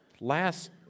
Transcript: last